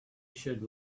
should